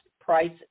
price